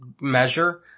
measure